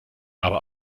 aber